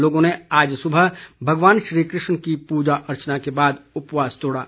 लोगों ने आज सुबह भगवान श्री कृष्ण की पूजा अर्चना के बाद उपवास तोड़ा